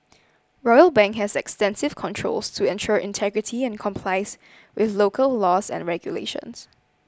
Royal Bank has extensive controls to ensure integrity and complies with local laws and regulations